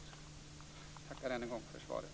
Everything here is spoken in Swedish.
Jag tackar än en gång för svaret.